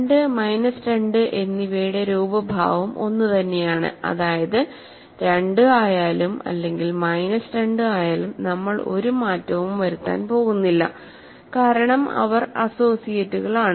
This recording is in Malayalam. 2 മൈനസ് 2 എന്നിവയുടെ രൂപഭാവം ഒന്നുതന്നെയാണ് അതായത് 2 ആയാലും അല്ലെങ്കിൽ മൈനസ് 2 ആയാലും നമ്മൾ ഒരു മാറ്റവും വരുത്താൻ പോകുന്നില്ല കാരണം അവർ അസോസിയേറ്റുകളാണ്